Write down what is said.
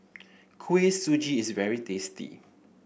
Kuih Suji is very tasty